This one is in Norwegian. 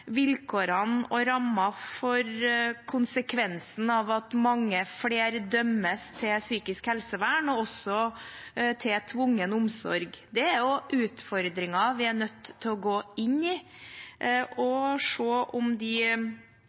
vilkårene og rammene for konsekvensen av at mange flere dømmes til psykisk helsevern, og også til tvungen omsorg. Det er også utfordringer vi er nødt til å gå inn i, og se om de